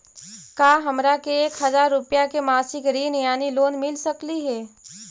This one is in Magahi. का हमरा के एक हजार रुपया के मासिक ऋण यानी लोन मिल सकली हे?